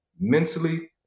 mentally